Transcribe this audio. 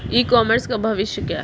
ई commerce का भविष्य क्या है?